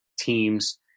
teams